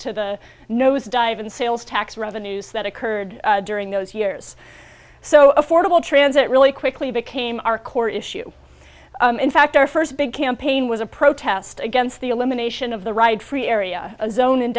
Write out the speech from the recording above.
to the nosedive in sales tax revenues that occurred during those years so affordable transit really quickly became our core issue in fact our first big campaign was a protest against the elimination of the ride free area zone in